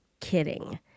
kidding